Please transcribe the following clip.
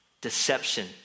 deception